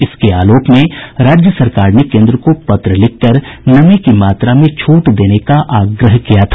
इसके आलोक में राज्य सरकार ने केन्द्र को पत्र लिखकर नमी की मात्रा में छूट देने का आग्रह किया था